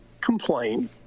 complain